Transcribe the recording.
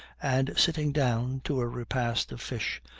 and sitting down to a repast of fish,